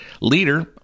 leader